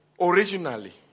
originally